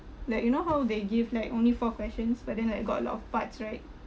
like you know how they give like only four questions but then like got a lot of parts right